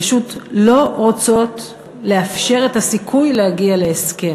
פשוט לא רוצות לאפשר את הסיכוי להגיע להסכם.